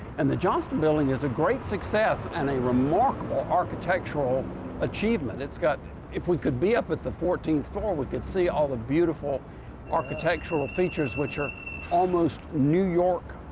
and the johnston building is a great success and a remarkable architectural achievement. it's got if we could be up at the fourteenth floor we could see all the beautiful architectural features which are almost new york